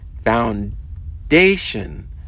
foundation